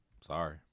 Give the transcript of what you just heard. sorry